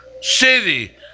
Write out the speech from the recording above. city